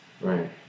Right